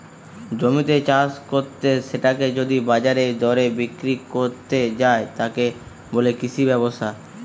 জমিতে চাষ কত্তে সেটাকে যদি বাজারের দরে বিক্রি কত্তে যায়, তাকে বলে কৃষি ব্যবসা